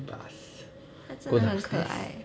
bus go downstairs